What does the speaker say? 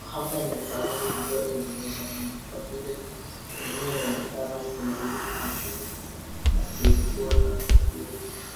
Hapa ni pahali mvua inanyesha mingi kwa vile mimea inaonekana kunawiri vizuri na kukuwa na afya bora.